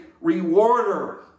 rewarder